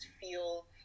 feel